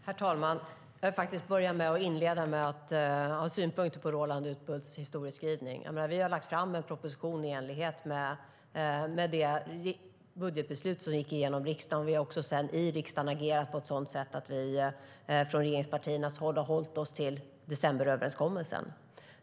Herr talman! Jag vill inleda med synpunkter på Roland Utbults historieskrivning. Vi har lagt fram en proposition i enlighet med det budgetbeslut som gick igenom i riksdagen. Vi har också agerat i riksdagen på ett sådant sätt att vi regeringspartier har hållit oss till decemberöverenskommelsen.